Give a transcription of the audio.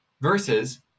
versus